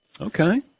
Okay